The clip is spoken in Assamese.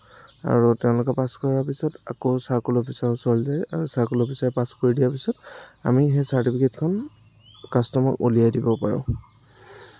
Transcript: আৰু তেওঁলোকে পাছ কৰাৰ পিছত আকৌ চাৰ্কল অফিচাৰৰ ওচৰলৈ যায় আৰু চাৰ্কল অফিচাৰে পাছ কৰাৰ পিছত আমি সেই চাৰ্টিফিকেটখন কাষ্টমাৰক ওলিয়াই দিব পাৰোঁ